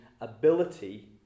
ability